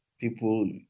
people